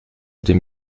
den